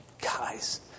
Guys